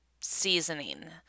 seasoning